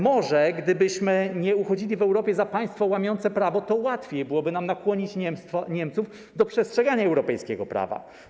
Może gdybyśmy nie uchodzili w Europie za państwo łamiące prawo, to łatwiej byłoby nam nakłonić Niemców do przestrzegania europejskiego prawa.